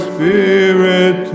Spirit